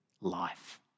life